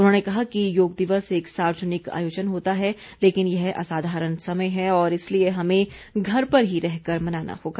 उन्होंने कहा कि योग दिवस एक सार्वजनिक आयोजन होता है लेकिन यह असाधारण समय है और इसलिए हमें घर पर ही रहकर मनाना होगा